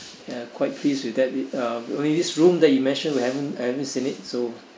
ya quite pleased with that uh this room that you mentioned we haven't I haven't seen it so